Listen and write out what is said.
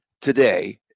Today